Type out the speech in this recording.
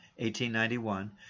1891